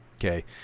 okay